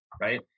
right